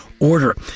order